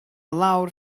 lawr